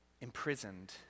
Imprisoned